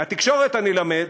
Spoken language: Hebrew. מהתקשורת אני למד